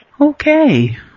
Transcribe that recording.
Okay